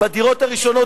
בדירות הראשונות,